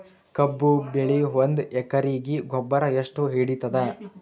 ಕಬ್ಬು ಬೆಳಿ ಒಂದ್ ಎಕರಿಗಿ ಗೊಬ್ಬರ ಎಷ್ಟು ಹಿಡೀತದ?